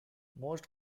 most